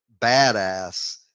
badass